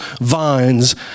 vines